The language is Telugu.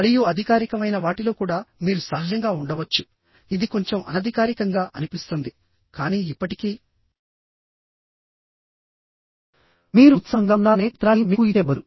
మరియు అధికారికమైన వాటిలో కూడా మీరు సహజంగా ఉండవచ్చు ఇది కొంచెం అనధికారికంగా అనిపిస్తుంది కానీ ఇప్పటికీ మీరు ఉత్సాహంగా ఉన్నారనే చిత్రాన్ని మీకు ఇచ్చే బదులు